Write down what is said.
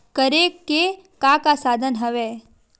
करे के का का साधन हवय?